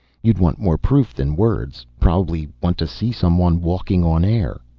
you'd want more proof than words. probably want to see someone walking on air.